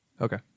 Okay